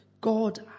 God